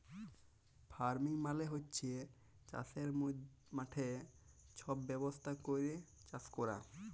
farming মালে হছে চাষের মাঠে ছব ব্যবস্থা ক্যইরে চাষ ক্যরা